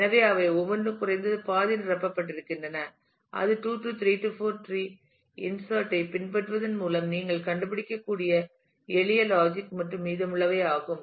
எனவே அவை ஒவ்வொன்றும் குறைந்தது பாதி நிரப்பப்பட்டிருக்கின்றன அது 2 3 4 டிரீ இன்சர்ட் ஐ பின்பற்றுவதன் மூலம் நீங்கள் கண்டுபிடிக்கக்கூடிய எளிய லாஜிக் மற்றும் மீதமுள்ளவை ஆகும்